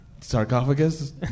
sarcophagus